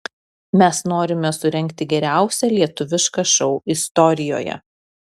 mes norime surengti geriausią lietuvišką šou istorijoje